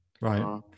right